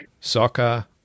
soccer